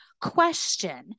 question